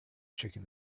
chicken